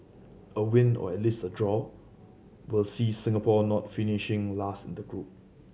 a win or at least a draw will see Singapore not finishing last in the group